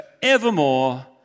forevermore